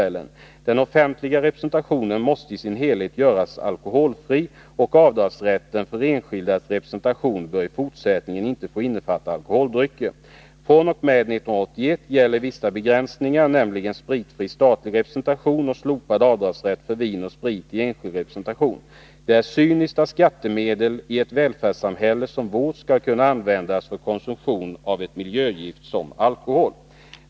Den 28 april 1982 offentliga representationen måste i sin helhet göras alkoholfri, och avdrags rätten för enskildas representation bör i fortsättningen inte få innefatta Alkoholoch naralkoholdrycker. fr.o.m. 1981 gäller vissa begränsningar, nämligen spritfri kotikamissbruket, statlig representation och slopad avdragsrätt för vin och sprit i enskild representation. Det är cyniskt att skattemedel i ett välfärdssamhälle som vårt skall kunna användas för konsumtion av ett miljögift som alkohol.